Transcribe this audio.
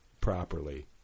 properly